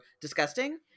disgusting